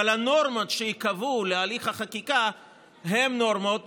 הנורמות שייקבעו להליך החקיקה הן נורמות